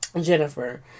Jennifer